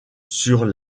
sur